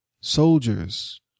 soldiers